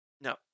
No